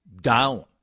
down